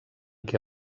què